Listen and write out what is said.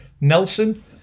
Nelson